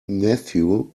nephew